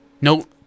No